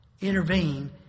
intervene